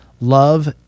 Love